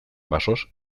basoz